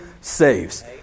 saves